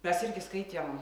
mes irgi skaitėm